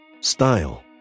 Style